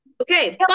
Okay